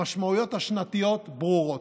המשמעויות השנתיות ברורות.